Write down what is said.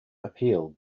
appealed